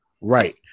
Right